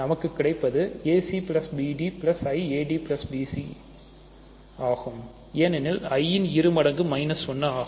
நமக்கு கிடைப்பது ஆகும் ஏனெனில் i ன் இரு மடக்கு 1 ஆகும்